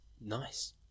Nice